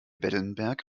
wellenberg